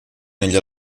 negli